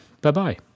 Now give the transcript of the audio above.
bye-bye